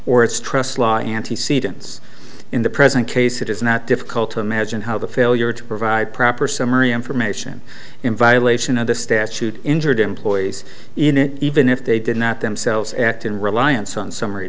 or it's trust law antecedents in the present case it is not difficult to imagine how the failure to provide proper summary information in violation of the statute injured employees in it even if they did not themselves act in reliance on summary